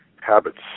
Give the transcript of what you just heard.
Habits